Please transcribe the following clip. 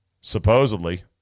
supposedly